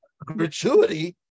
Gratuity